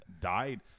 died